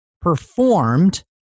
performed